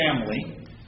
family